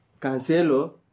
Cancelo